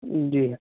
جی